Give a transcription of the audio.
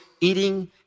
eating